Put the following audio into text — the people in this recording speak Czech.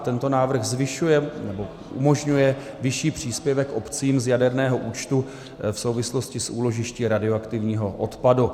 Tento návrh zvyšuje nebo umožňuje vyšší příspěvek obcím z jaderného účtu v souvislosti s úložišti radioaktivního odpadu.